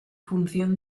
función